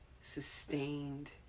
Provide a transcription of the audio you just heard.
sustained